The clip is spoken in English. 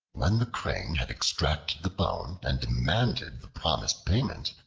when the crane had extracted the bone and demanded the promised payment,